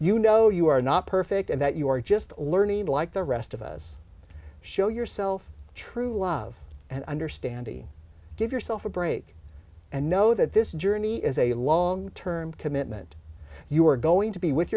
you know you are not perfect and that you are just learning like the rest of us show yourself true love and understanding give yourself a break and know that this journey is a long term commitment you are going to be with